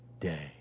day